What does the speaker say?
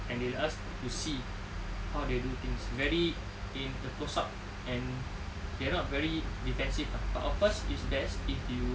and they let us to see how they do things very in a closed up and they are not very defensive lah but of course is best if you